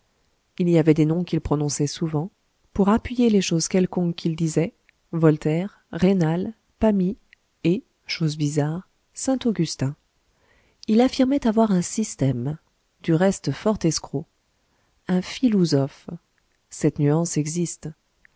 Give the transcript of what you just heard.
il y avait des noms qu'il prononçait souvent pour appuyer les choses quelconques qu'il disait voltaire raynal pamy et chose bizarre saint augustin il affirmait avoir un système du reste fort escroc un filousophe cette nuance existe